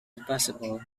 impassable